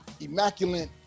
immaculate